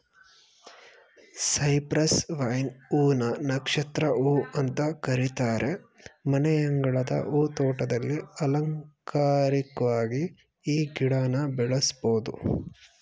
Cyprus vine ಹೂ ನ ನಕ್ಷತ್ರ ಹೂ ಅಂತ ಕರೀತಾರೆ ಮನೆಯಂಗಳದ ಹೂ ತೋಟದಲ್ಲಿ ಅಲಂಕಾರಿಕ್ವಾಗಿ ಈ ಗಿಡನ ಬೆಳೆಸ್ಬೋದು